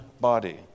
body